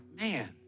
man